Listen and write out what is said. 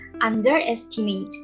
underestimate